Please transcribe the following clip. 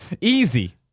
Easy